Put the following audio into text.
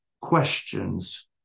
questions